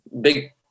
big